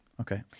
Okay